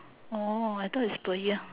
orh I thought is per year